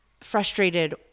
frustrated